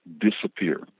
disappear